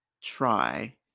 try